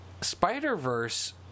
Spider-Verse